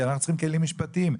אנחנו צריכים כלים משפטיים,